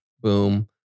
Boom